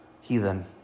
heathen